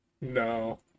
No